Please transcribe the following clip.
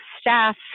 staff